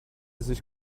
sich